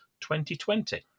2020